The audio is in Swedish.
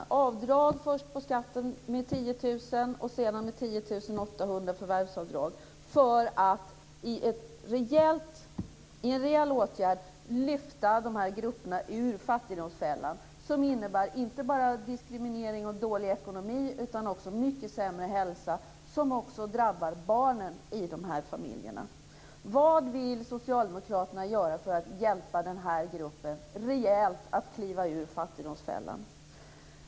Först föreslår vi avdrag på skatten med 10 000 kr och sedan förvärvsavdrag med 10 800 kr för att i en rejäl åtgärd lyfta de här grupperna ur fattigdomsfällan. Denna innebär inte bara diskriminering och dålig ekonomi utan också mycket sämre hälsa, något som också drabbar barnen i de här familjerna. Vad vill socialdemokraterna göra för att ge den här gruppen rejäl hjälp att kliva ur fattigdomsfällan?